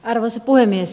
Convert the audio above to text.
arvoisa puhemies